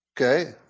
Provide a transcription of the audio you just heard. Okay